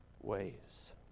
ways